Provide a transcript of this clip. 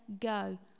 go